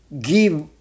give